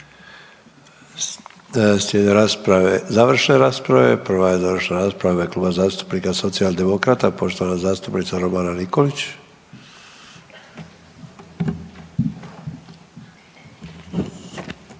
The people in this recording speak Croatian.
završne rasprave. Prva je završna rasprava u ime Kluba zastupnika Socijaldemokrata, poštovana zastupnica Romana Nikolić.